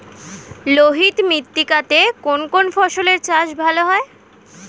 লোহিত মৃত্তিকা তে কোন কোন ফসলের চাষ ভালো হয়?